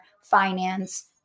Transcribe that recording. finance